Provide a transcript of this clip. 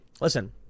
listen